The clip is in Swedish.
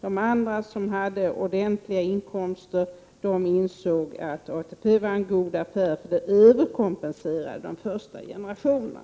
De som hade ordentliga inkomster insåg att ATP var en god affär, eftersom systemet överkompenserade de första generationerna.